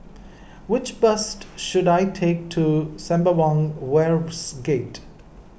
which bus should I take to Sembawang Wharves Gate